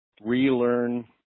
relearn